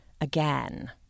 Again